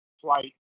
flight